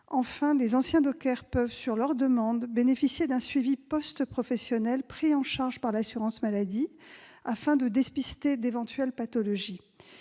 Enfin, les anciens dockers peuvent, sur leur demande, bénéficier d'un suivi post-professionnel pris en charge par l'assurance maladie, afin de dépister d'éventuelles pathologies.